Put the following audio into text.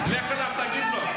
לך אליו, תגיד לו.